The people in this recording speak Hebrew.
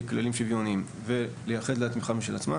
כללים שוויוניים ולייחד לה תמיכה משל עצמה.